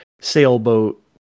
sailboat